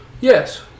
Yes